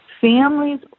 Families